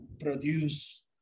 produce